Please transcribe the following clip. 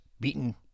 beaten